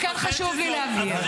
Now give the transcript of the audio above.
עכשיו אני רוצה לדבר, מלול, תעזור לי.